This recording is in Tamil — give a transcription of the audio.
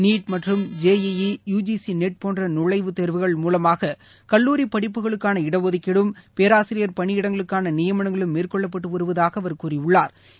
நீட் மற்றும் J E E U G C NET போன்ற நுழைவுத் தேர்வுகள் மூலமாக கல்லூரி படிப்புகளுக்கான இடஒதுக்கீடும் பேராசிரியர் பணி இடங்களுக்கான நியமனங்களும் மேற்கொள்ளப்பட்டு வருவதாக அவர் கூறியுள்ளா்